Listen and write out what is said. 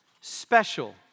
special